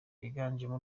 byiganjemo